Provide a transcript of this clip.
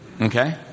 Okay